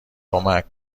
کمک